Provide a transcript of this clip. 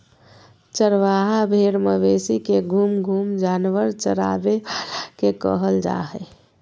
चरवाहा भेड़ मवेशी के घूम घूम जानवर चराबे वाला के कहल जा हइ